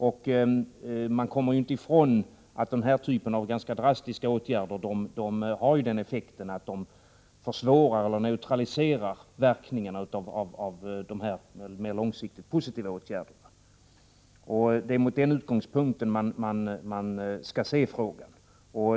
Vi kommer inte ifrån att den här typen av ganska drastiska åtgärder har den effekten att de försvårar eller neutraliserar verkningarna av dessa långsiktigt positiva åtgärder. Det är mot den bakgrunden som man skall se frågan.